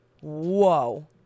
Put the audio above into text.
Whoa